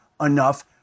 enough